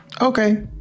Okay